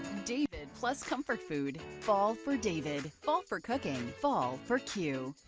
david plus comfort food. fall for david, fall for cooking, fall for q.